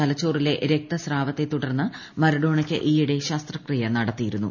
തലച്ചോറിലെ രക്തസ്രാവത്തെ തുടർന്ന് മാറഡോണയ്ക്ക് ഈയിടെ ശസ്ത്രക്രിയ നടത്തിയിരുന്നു